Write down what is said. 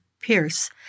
Pierce